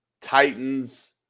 Titans